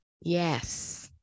yes